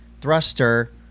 thruster